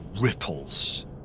ripples